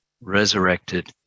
resurrected